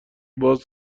باز